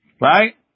right